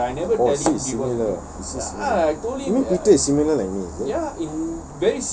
oh he's similar is he similar you mean peter is similar like me is it